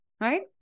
right